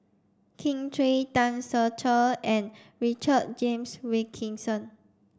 Kin Chui Tan Ser Cher and Richard James Wilkinson